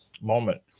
moment